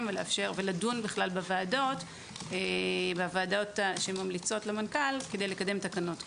ולדון בוועדות שממליצות למנכ"ל כדי לקדם תקנות כאלה.